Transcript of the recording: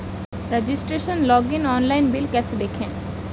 Registration login online bill कैसे देखें?